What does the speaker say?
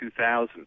2000